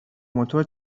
موتور